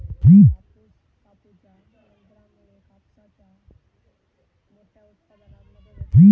कापूस कापूच्या यंत्रामुळे कापसाच्या मोठ्या उत्पादनात मदत होता